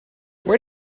where